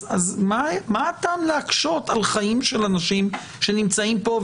אז מה הטעם להקשות על חיים של אנשים שנמצאים כאן?